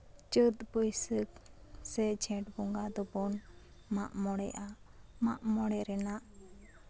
ᱪᱟᱹᱛ ᱵᱟᱹᱭᱥᱟᱹᱠ ᱡᱷᱮᱸᱴ ᱵᱚᱸᱜᱟ ᱫᱚᱵᱚᱱ ᱢᱟᱜ ᱢᱚᱬᱮᱜᱼᱟ ᱢᱟᱜ ᱢᱚᱬᱮ ᱨᱮᱱᱟᱜ